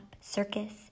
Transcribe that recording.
Circus